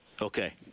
okay